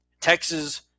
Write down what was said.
Texas